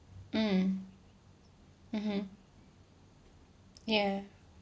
mm mmhmm ya